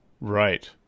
Right